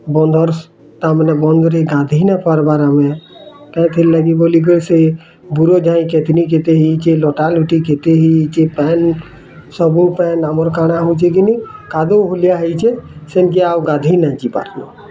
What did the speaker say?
ବନ୍ଦରସ୍ ତାମାନେ ବନ୍ଦ କରି ଗାଧେଇ ନ ପାର୍ବାର୍ ଆମେ ଲାଗି ବୋଲି କରି ସେ ବୁର ଯାଇ କେତ୍ନି କେତେ ହେଇଛି ଲଟା ଲଟି କେତେ ହେଇଛି ପାନ୍ ସବୁ ପାନ୍ ଆମର କାଁଣ ହଉଛି କିନି କାଦୁଅ ବୋଲିଆ ହେଇଛେ ସେମତିଆ ଆଉ ଗାଧୋଇ ନା ଯିବାର୍